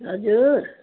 हजुर